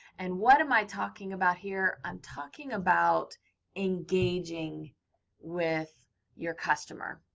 and what am i talking about here? i'm talking about engaging with your customer.